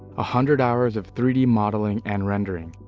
hundred hours of three d modeling and rendering,